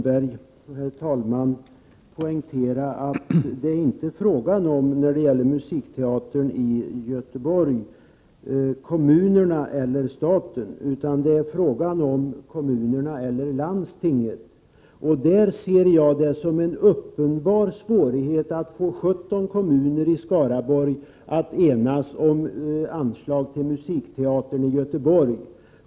Herr talman! När det gäller musikteatern i Göteborg är det inte fråga om kommunernas eller statens insatser, utan om kommunernas eller landstingets. Jag ser det som en uppenbar svårighet att få 17 kommuner i Skaraborg att enas om anslag till musikteatern i Göteborg.